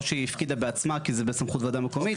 או שהיא הפקידה בעצמה כי זה בסמכות הוועדה המקומית.